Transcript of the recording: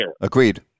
agreed